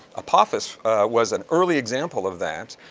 apophis was an early example of that.